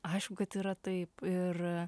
aišku kad yra taip ir